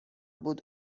بود